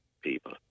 people